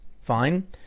Fine